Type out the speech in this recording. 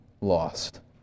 lost